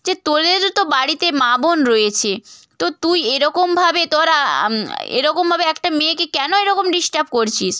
যে তোদেরও তো বাড়িতে মা বোন রয়েছে তো তুই এরকমভাবে তোরা এরকমভাবে একটা মেয়েকে কেন এরকম ডিস্টার্ব করছিস